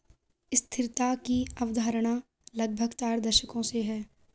स्थिरता की अवधारणा लगभग चार दशकों से है